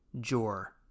Jor